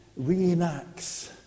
reenacts